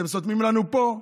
אתם סותמים לנו פה,